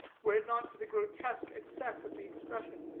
were it not for the grotesque excess of the expression,